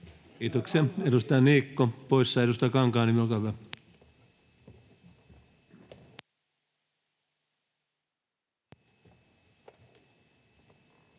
Kiitoksia. — Edustaja Niikko, poissa. — Edustaja Kankaanniemi, olkaa hyvä. Arvoisa